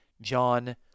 John